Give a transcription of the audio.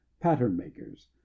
pattern-makers